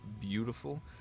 beautiful